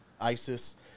ISIS